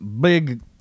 big